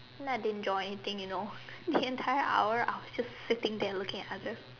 and I didn't draw anything you know the entire hour I was just sitting there looking at other